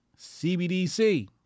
CBDC